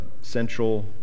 central